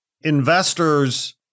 investors